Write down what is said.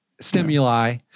stimuli